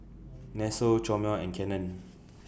Nestle Chomel and Canon